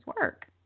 work